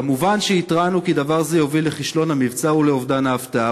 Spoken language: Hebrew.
כמובן שהתרענו כי דבר זה יוביל לכישלון המבצע ולאובדן ההפתעה,